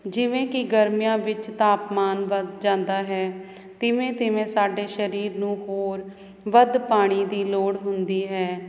ਜਿਵੇਂ ਕਿ ਗਰਮੀਆਂ ਵਿੱਚ ਤਾਪਮਾਨ ਵੱਧ ਜਾਂਦਾ ਹੈ ਤਿਵੇਂ ਤਿਵੇਂ ਸਾਡੇ ਸਰੀਰ ਨੂੰ ਹੋਰ ਵੱਧ ਪਾਣੀ ਦੀ ਲੋੜ ਹੁੰਦੀ ਹੈ ਪਸੀਨਾ ਆਉਣਾ ਕਾਰਨ ਸਰੀਰ ਵਿੱਚ ਪਾਣੀ